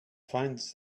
finds